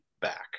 back